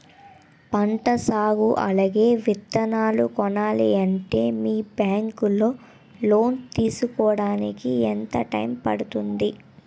పంట సాగు అలాగే విత్తనాలు కొనాలి అంటే మీ బ్యాంక్ లో లోన్ తీసుకోడానికి ఎంత టైం పడుతుంది?